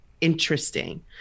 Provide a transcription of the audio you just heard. interesting